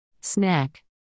Snack